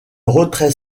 retrait